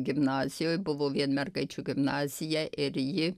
gimnazijoj buvo vien mergaičių gimnazija ir ji